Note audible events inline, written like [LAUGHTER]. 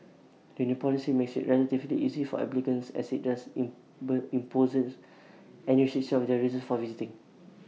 the new policy makes IT relatively easy for applicants as IT doesn't impose [UNINTELLIGIBLE] on their reasons for visiting